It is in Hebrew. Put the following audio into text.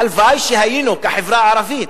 הלוואי שהיינו, כחברה ערבית,